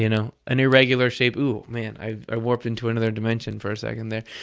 you know, an irregular shape ooh, man, i warped into another dimension for a second there,